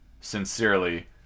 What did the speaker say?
Sincerely